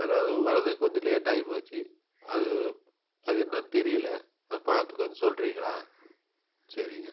ஆனால் அது வரதுக் கொஞ்சம் லேட்டாகி போச்சு அது அது என்னான்னு தெரியலை அதை பார்த்து கொஞ்சம் சொல்லுறீங்களா சரிங்க